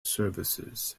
services